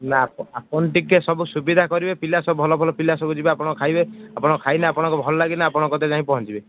ନା ଆପଣ ଟିକେ ସବୁ ସୁବିଧା କରିବେ ପିଲା ସବୁ ଭଲ ଭଲ ପିଲା ସବୁ ଯିବେ ଆପଣ ଖାଇବେ ଆପଣ ଖାଇଲେ ଆପଣଙ୍କୁ ଭଲ ଲାଗିଲେ ଆପଣଙ୍କ କତିରେ ପହଞ୍ଚିବେ